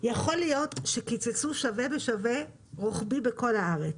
יכול להיות שקיצצו שווה בשווה רוחבי בכל הארץ,